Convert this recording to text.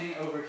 over